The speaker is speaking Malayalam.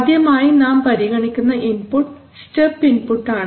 ആദ്യമായി നാം പരിഗണിക്കുന്ന ഇൻപുട്ട് സ്റ്റെപ് ഇൻപുട്ട് ആണ്